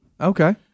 Okay